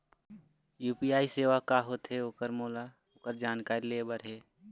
UPI सेवा का होथे ओकर मोला ओकर जानकारी ले बर हे?